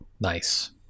Nice